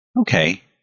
Okay